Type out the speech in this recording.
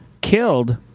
Killed